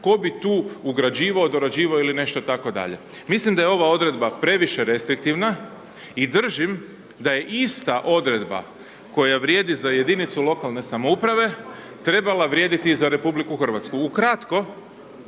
tko bi tu ugrađivao, dorađivao ili nešto tako dalje. Mislim da je ova odredba previše restriktivna i držim da je ista odredba koja vrijedi za jedinicu lokalne samouprave, trebala vrijediti i za RH. Ukratko,